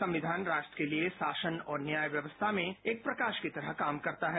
संविधान राष्ट्र के लिए शासन और न्याय व्यवस्था में एक प्रकाश की तरह काम करता है